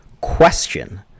Question